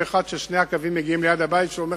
אחד ששני הקווים מגיעים ליד הבית שלו,